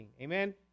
Amen